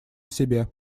себе